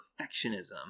perfectionism